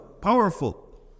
powerful